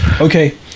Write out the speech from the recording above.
Okay